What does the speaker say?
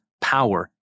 power